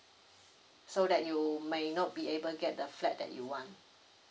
so that you may not be able get the flat that you want